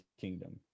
kingdom